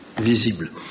visible